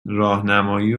راهنمایی